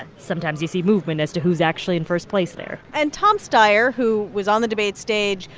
sometimes you see movement as to who's actually in first place there and tom steyer, who was on the debate stage,